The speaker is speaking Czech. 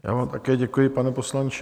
Já vám také děkuji, pane poslanče.